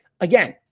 again